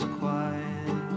quiet